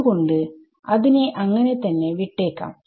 അത്കൊണ്ട് അതിനെ അങ്ങനെ തന്നെ വിട്ടേക്കാം